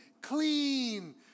Clean